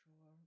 sure